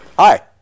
Hi